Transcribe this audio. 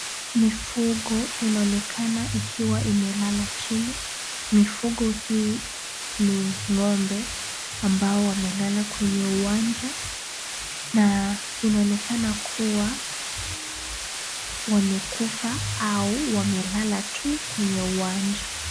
Mifugo inaonekana ikiwa imelala chini. Mifugo hii ni ng'ombe ambao wamelala kwenye uwanja na inaonekana kuwa wamekufa au wamelala tu kwenye uwanja.